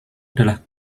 adalah